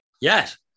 Yes